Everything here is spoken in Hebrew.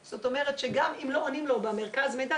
זאת אומרת שגם אם לא עונים לו במרכז המידע,